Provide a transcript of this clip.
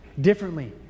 differently